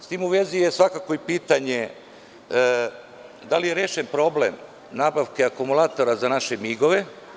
S tim u vezi je i pitanje – da li je rešen problem nabavke akumulatora za naše migove?